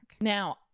Now